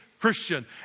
Christian